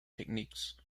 techniques